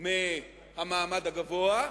מהמעמד הגבוה,